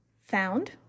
found